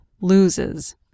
loses